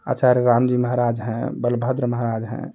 आचार्य राम जी महाराज है बलभद्र महाराज हैं